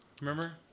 Remember